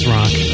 Rock